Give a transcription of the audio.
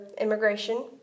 immigration